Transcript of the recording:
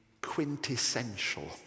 quintessential